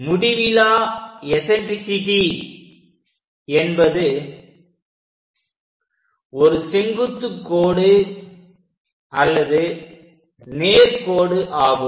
முடிவிலா எஸன்ட்ரிசிட்டி என்பது ஒரு செங்குத்து கோடு அல்லது நேர்கோடு ஆகும்